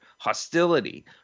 hostility